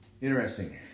Interesting